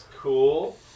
cool